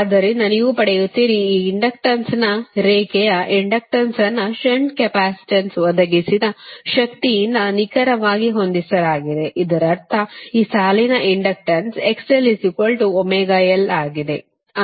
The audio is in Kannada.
ಆದ್ದರಿಂದ ನೀವು ಪಡೆಯುತ್ತೀರಿ ಈ ಇಂಡಕ್ಟನ್ಸ್ ಅಲ್ಲಿನ ರೇಖೆಯ ಇಂಡಕ್ಟನ್ಸ್ ಅನ್ನು ಷಂಟ್ ಕೆಪಾಸಿಟನ್ಸ್ ಒದಗಿಸಿದ ಶಕ್ತಿಯಿಂದ ನಿಖರವಾಗಿ ಹೊಂದಿಸಲಾಗಿದೆ ಇದರರ್ಥ ಈ ಸಾಲಿನ ಇಂಡಕ್ಟನ್ಸ್ ಆಗಿದೆ